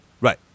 Right